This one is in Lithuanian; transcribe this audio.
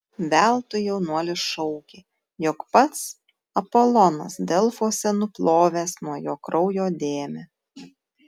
veltui jaunuolis šaukė jog pats apolonas delfuose nuplovęs nuo jo kraujo dėmę